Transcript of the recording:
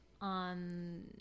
on